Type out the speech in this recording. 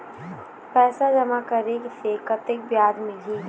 पैसा जमा करे से कतेक ब्याज मिलही?